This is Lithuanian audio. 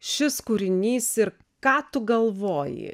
šis kūrinys ir ką tu galvoji